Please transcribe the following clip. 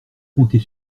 compter